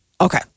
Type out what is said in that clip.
Okay